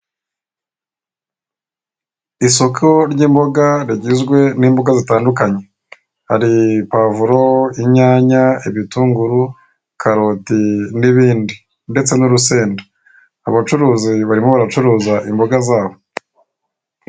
Isoko ry’imboga rigizwe n’imboga zitandukanye; hari pavuro, inyanya, ibitunguru, karote n’ibindi ndetse n’urusenda. Abacuruzi barimo baracuruza imboga zabo.